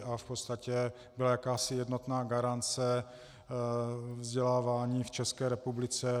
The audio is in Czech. V podstatě byla jakási jednotná garance vzdělávání v České republice.